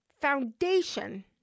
foundation